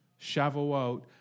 Shavuot